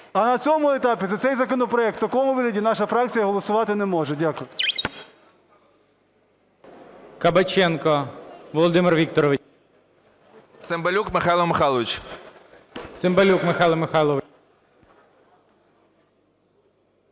А на цьому етапі за цей законопроект в такому вигляді наша фракція голосувати не може. Дякую.